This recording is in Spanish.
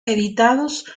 editados